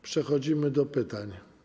Przechodzimy do pytań.